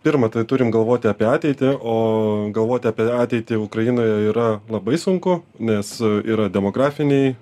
pirma tai turim galvoti apie ateitį o galvoti apie ateitį ukrainoje yra labai sunku nes yra demografiniai